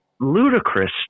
ludicrous